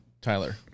Tyler